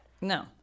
No